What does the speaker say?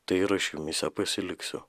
tai ir aš jumyse pasiliksiu